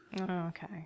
Okay